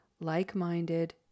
like-minded